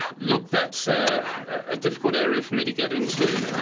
look, that's a ah difficult area for me to get into.